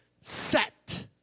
set